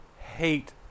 hate